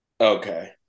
Okay